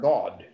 God